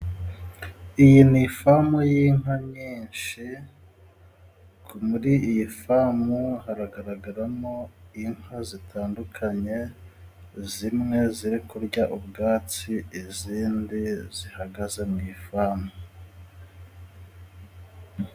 Iyi ni ifamu y'inka nyinshi. Muri iyi famu hagaragaramo inka zitandukanye, zimwe ziri kurya ubwatsi, izindi zihagaze mu ifamu.